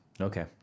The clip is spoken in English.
Okay